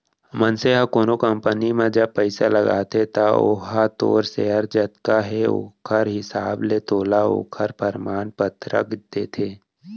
मनसे ह कोनो कंपनी म जब पइसा लगाथे त ओहा तोर सेयर जतका हे ओखर हिसाब ले तोला ओखर परमान पतरक देथे